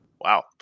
Wow